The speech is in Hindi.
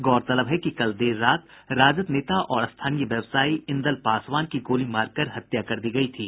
गौरतलब है कि कल देर रात राजद नेता और स्थानीय व्यवसायी इंदल पासवान की गोली मारकर हत्या कर दी गयी थी